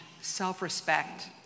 self-respect